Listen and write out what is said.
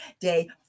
Day